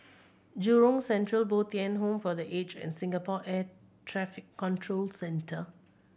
Jurong Central Bo Tien Home for The Aged and Singapore Air Traffic Control Centre